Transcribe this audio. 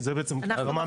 זה פחות,